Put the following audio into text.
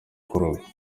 kuroga